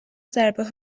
ضربه